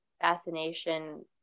fascination